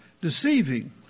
deceiving